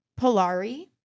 Polari